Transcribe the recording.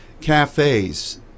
cafes